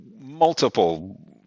multiple